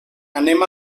anem